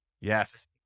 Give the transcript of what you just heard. Yes